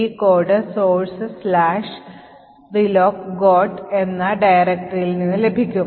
ഈ code source relocgot എന്ന directory നിന്നും ലഭിക്കും